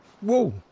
Whoa